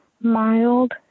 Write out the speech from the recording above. mild